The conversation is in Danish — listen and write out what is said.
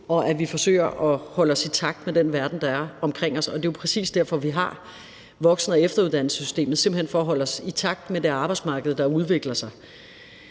og at vi forsøger at holde takt med den verden, der er omkring os. Og det er jo præcis derfor, at vi har voksen- og efteruddannelsessystemet, altså simpelt hen for at holde takt med det arbejdsmarked, der udvikler sig.